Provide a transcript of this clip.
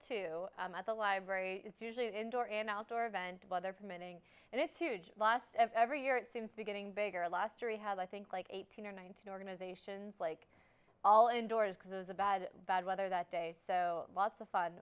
two at the library it's usually an indoor and outdoor event weather permitting and it's huge last every year it seems to getting bigger last year we had i think like eighteen or nineteen organizations like all indoors because it was a bad bad weather that day so lots of fun